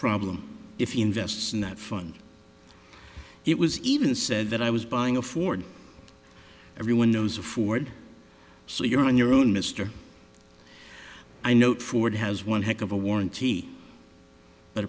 problem if he invests in that fund it was even said that i was buying a ford everyone knows of ford so you're on your own mister i note ford has one heck of a warranty but